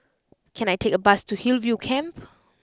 can I take a bus to Hillview Camp